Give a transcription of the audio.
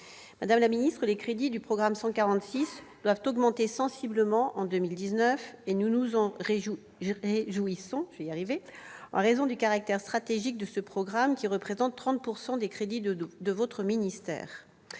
Madame la ministre, les crédits du programme 146 doivent augmenter sensiblement en 2019 : nous nous en réjouissons, en raison du caractère stratégique de ce programme, qui représente 30 % des crédits de votre ministère.